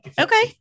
okay